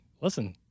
listen